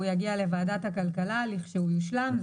והוא יגיע לוועדת הכלכלה כשהוא יושלם.